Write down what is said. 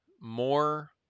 more